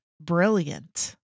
brilliant